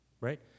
right